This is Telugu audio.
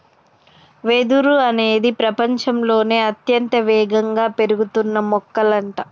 వెదురు అనేది ప్రపచంలోనే అత్యంత వేగంగా పెరుగుతున్న మొక్కలంట